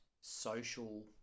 social